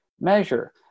measure